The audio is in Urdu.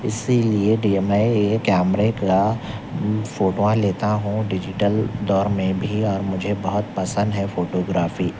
اسی لیے میں یہ کیمرے کا فوٹواں لیتا ہوں ڈیجٹل دور میں بھی اور مجھے بہت پسند ہے فوٹو گرافی